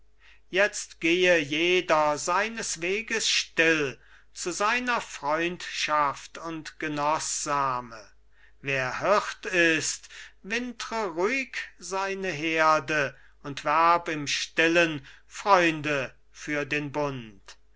jetzt gehe jeder seines weges still zu seiner freundschaft und genoßsame wer hirt ist wintre ruhig seine herde und werb im stillen freunde für den bund